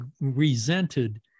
resented